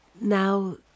now